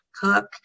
cook